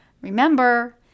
Remember